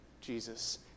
Jesus